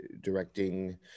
directing